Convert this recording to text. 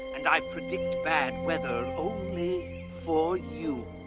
and i predict bad weather only for you.